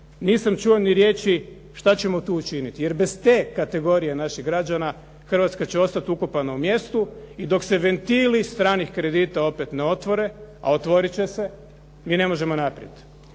nisam čuo ni riječi šta ćemo tu učiniti jer bez te kategorije naših građana Hrvatska će ostati ukopana u mjestu i dok se ventili stranih kredita opet ne otvore a otvorit će se mi ne možemo naprijed.